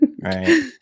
Right